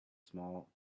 small